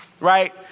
right